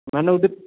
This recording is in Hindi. मैंने उ दिन